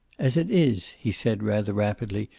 as it is, he said, rather rapidly,